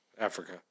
Africa